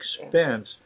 expense